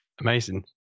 Amazing